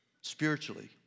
Spiritually